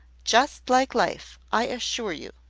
just like life, i assure you.